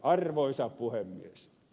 arvoisa puhemies